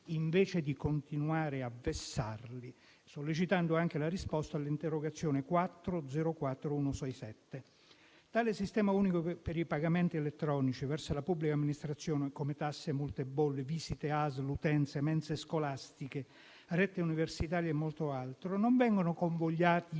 invece di continuare a vessarlo. Sollecito contestualmente la risposta all’interrogazione 4-04167. Con tale sistema unico, i pagamenti elettronici verso la pubblica amministrazione (come tasse, multe, bolli, visite ASL, utenze, mense scolastiche, rete universitaria e molto altro) non vengono convogliati